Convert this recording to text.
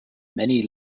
many